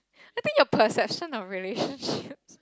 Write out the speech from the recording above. I think your perception of relationships